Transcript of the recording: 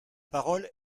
parole